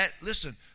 Listen